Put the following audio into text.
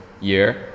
year